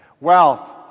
Wealth